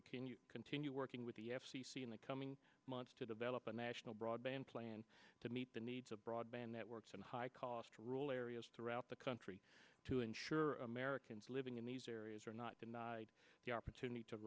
to continue working with the f c c in the coming months to develop a national broadband plan to meet the needs of broadband networks and high cost rule areas throughout the country to ensure americans living in these areas are not denied the opportunity to